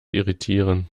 irritieren